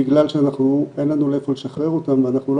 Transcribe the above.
בגלל שאין לנו לאן לשחרר אותם ואנחנו לא